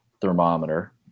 thermometer